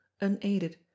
unaided